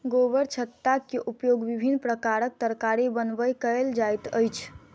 गोबरछत्ता के उपयोग विभिन्न प्रकारक तरकारी बनबय कयल जाइत अछि